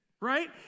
right